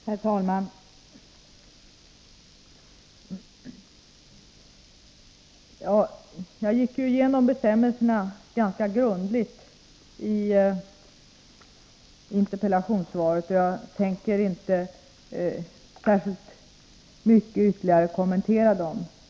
Herr talman! Jag gick ju igenom bestämmelserna ganska grundligt i interpellationssvaret, och jag tänker inte särskilt mycket ytterligare kommentera dem.